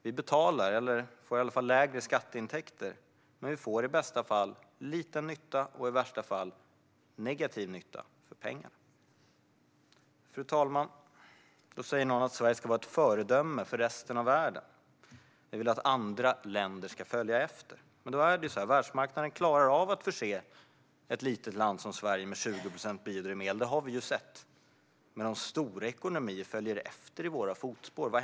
Vi betalar - eller vi får i alla fall lägre skatteintäkter. Och vi får i bästa fall lite nytta och i värsta fall negativ nytta för pengarna. Fru talman! Då säger någon att Sverige ska vara ett föredöme för resten av världen. Vi vill att andra länder ska följa efter. Men då är det så här: Världsmarknaden klarar av att förse ett litet land som Sverige med 20 procent biodrivmedel - det har vi sett. Men vad händer om stora ekonomier följer i våra fotspår?